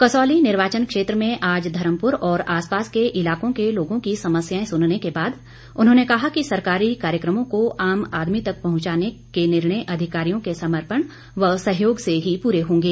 कसौली निर्वाचन क्षेत्र में आज धर्मपुर और आसपास के इलाकों के लोगों की समस्याएं सुनने के बाद उन्होंने कहा कि सरकारी कार्यक्रमों को आम आदमी तक पहुंचाने के निर्णय अधिकारियों के समर्पण व सहयोग से ही पूरे होंगे